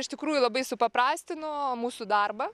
iš tikrųjų labai supaprastino mūsų darbą